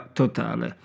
totale